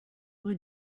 rue